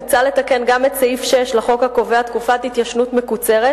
הוצע לתקן גם את סעיף 6 לחוק הקובע תקופת התיישנות מקוצרת